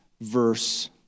verse